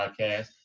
podcast